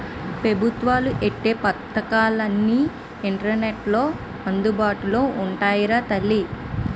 పెబుత్వాలు ఎట్టే పదకాలన్నీ ఇంటర్నెట్లో అందుబాటులో ఉంటాయిరా తల్లీ